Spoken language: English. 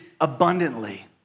abundantly